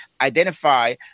identify